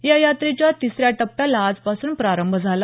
या याट्रेच्या तिसऱ्या टप्प्याला आजपासून प्रारंभ झाला